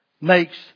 makes